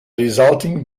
resulting